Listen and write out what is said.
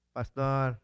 Pastor